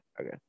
okay